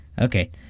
Okay